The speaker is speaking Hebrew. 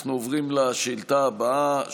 אנחנו עוברים לשאילתה הבאה,